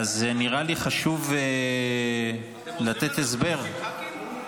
נראה לי חשוב לתת הסבר,